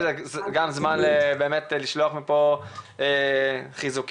זה הזמן לשלוח מפה חיזוקים,